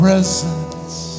presence